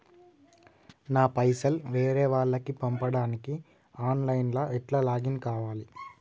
నా పైసల్ వేరే వాళ్లకి పంపడానికి ఆన్ లైన్ లా ఎట్ల లాగిన్ కావాలి?